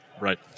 Right